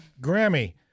Grammy